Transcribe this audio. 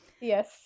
Yes